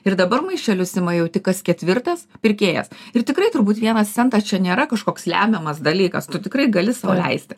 ir dabar maišelius ima jau tik kas ketvirtas pirkėjas ir tikrai turbūt vienas centas čia nėra kažkoks lemiamas dalykas tu tikrai gali sau leisti